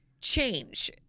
change